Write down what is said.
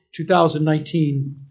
2019